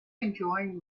enjoying